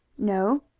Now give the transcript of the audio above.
no.